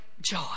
joy